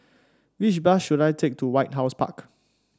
which bus should I take to White House Park